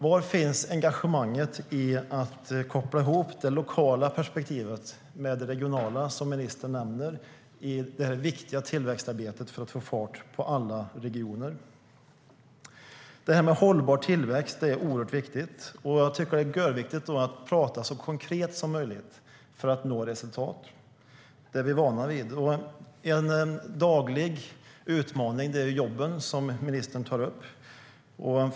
Var finns engagemanget i att koppla ihop det lokala perspektivet med det regionala, som ministern nämner, i det viktiga tillväxtarbetet för att få fart på alla regioner? Hållbar tillväxt är oerhört viktigt. Jag tycker att det är görviktigt att prata så konkret som möjligt för att nå resultat. Det är vi vana vid. En daglig utmaning är jobben, som ministern tar upp.